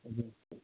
हजुर